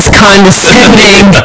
condescending